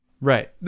Right